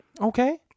Okay